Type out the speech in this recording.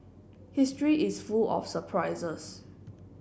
history is full of surprises